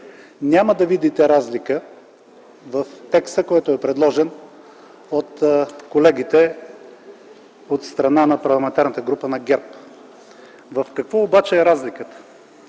няма да видите разлика в текста, който е предложен от колегите от Парламентарната група на ГЕРБ. В какво обаче е разликата?